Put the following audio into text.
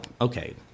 okay